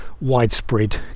widespread